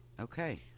Okay